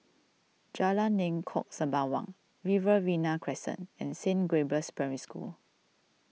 Jalan Lengkok Sembawang Riverina Crescent and Saint Gabriel's Primary School